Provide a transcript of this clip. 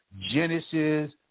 Genesis